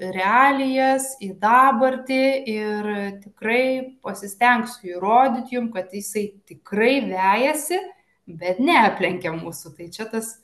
realijas į dabartį ir tikrai pasistengsiu įrodyt jum kad jisai tikrai vejasi bet neaplenkia mūsų tai čia tas